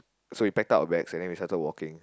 so we packed up our bags and we started walking